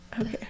Okay